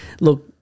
look